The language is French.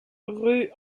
rue